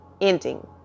ending